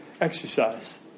exercise